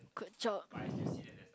good job